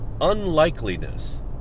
unlikeliness